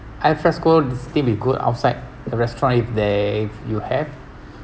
al fresco seating will be good outside the restaurant if they you have